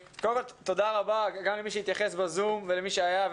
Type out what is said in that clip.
תודה רבה גם למי שהתייחס בזום ולמי שהיה כאן.